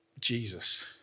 Jesus